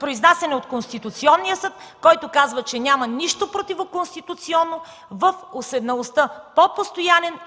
произнасяне от Конституционния съд, който казва, че няма нищо противоконституционно в уседналостта по постоянен